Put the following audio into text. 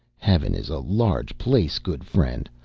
heaven is a large place, good friend.